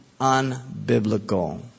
unbiblical